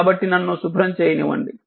కాబట్టి నన్ను శుభ్రం చేయనివ్వండి